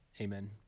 Amen